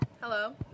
hello